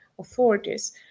authorities